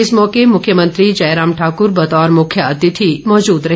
इस मौके मुख्यमंत्री जयराम ठाकुर बतौर मुख्य अतिथि मौजूद रहे